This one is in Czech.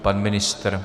Pan ministr?